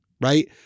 right